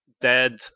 dead